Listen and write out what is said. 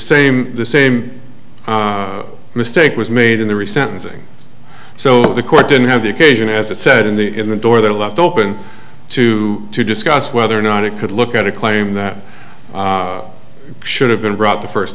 same the same mistake was made in the recent saying so the court didn't have the occasion as it said in the in the door that are left open to to discuss whether or not it could look at a claim that should have been brought the first